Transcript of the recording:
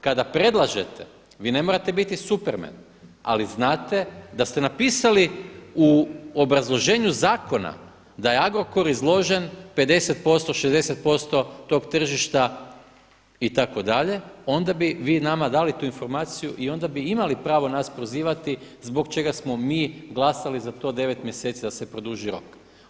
Kada predlažete, vi ne morate biti Supermen, ali znate da ste napisali u obrazloženju zakona da je Agrokor izložen 50%, 60% tog tržišta itd. onda bi vi nama dali tu informaciju i onda bi imali pravo nas prozivati zbog čega smo mi glasali za to 9 mjeseci da se produži rok.